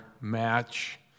match